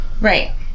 right